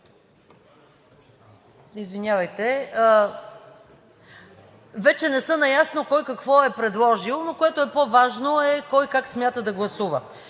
дебата, вече не са наясно кой какво е предложил, но което е по-важно – кой как смята да гласува.